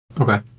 Okay